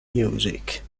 music